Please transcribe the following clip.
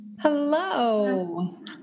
Hello